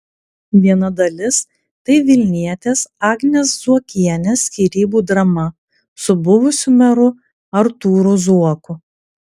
viena dalis tai vilnietės agnės zuokienės skyrybų drama su buvusiu meru artūru zuoku